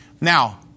Now